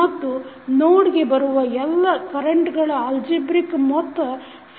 ಮತ್ತು ನೋಡ್ಗೆ ಬರುವ ಎಲ್ಲ ಕರೆಂಟ್ಗಳ ಆಲ್ಝಿಬ್ರಿಕ್ ಮೊತ್ತ ಸೊನ್ನೆಗೆ ಸಮವಾಗಿರುತ್ತದೆ